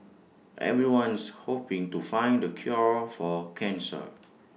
everyone's hoping to find the cure for cancer